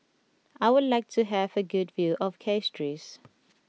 I would like to have a good view of Castries